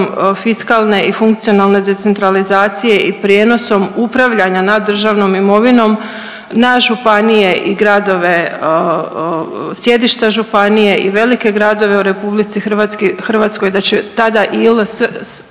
fiskalne i funkcionalne decentralizacije i prijenosom upravljanja na državnom imovinom na županije i gradove sjedišta županije i velike gradove u RH, da će tada i